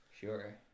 Sure